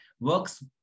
works